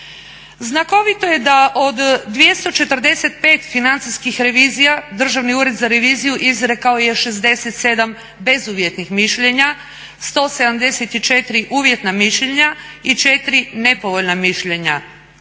Znakovito je da od 245 financijskih revizija Državni ured za reviziju izrekao je 67 bezuvjetnih mišljenja, 174 uvjetna mišljenja i 4 nepovoljna mišljenja